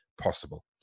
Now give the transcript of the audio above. possible